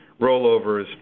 rollovers